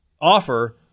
offer